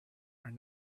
are